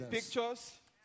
pictures